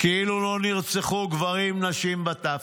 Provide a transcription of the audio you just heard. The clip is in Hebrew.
כאילו לא נרצחו גברים, נשים וטף,